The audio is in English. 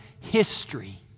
history